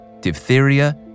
diphtheria